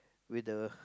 with the